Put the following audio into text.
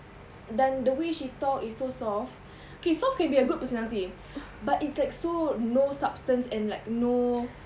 dan the way she talk is so soft okay soft can be a good personality but it's like no substance and like no